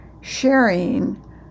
sharing